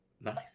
Nice